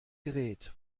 gerät